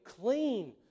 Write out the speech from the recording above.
clean